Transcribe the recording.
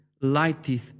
lighteth